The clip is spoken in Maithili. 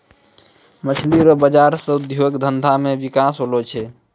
मछली रो बाजार से उद्योग धंधा मे बिकास होलो छै